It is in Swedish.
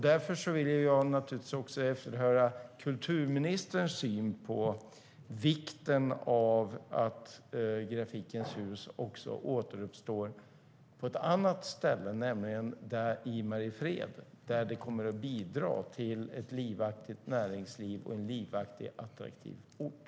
Därför vill jag naturligtvis också efterhöra kulturministerns syn på vikten av att Grafikens Hus återuppstår i Mariefred, där det kommer att bidra till ett livaktigt näringsliv och en livaktig, attraktiv ort.